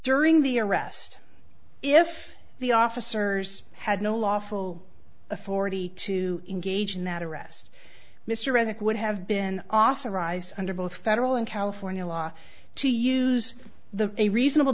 during the arrest if the officers had no lawful authority to engage in that arrest mr resit would have been authorized under both federal and california law to use the a reasonable